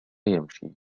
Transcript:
يمشي